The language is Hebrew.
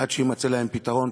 עד שיימצא להם פתרון.